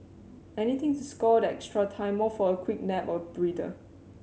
anything to score that extra time off for a quick nap or breather